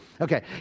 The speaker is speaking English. Okay